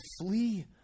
flee